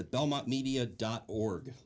at belmont media dot org